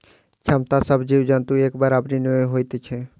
क्षमता सभ जीव जन्तु मे एक बराबरि नै होइत छै